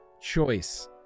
Choice